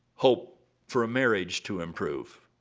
hope for a marriage to improve,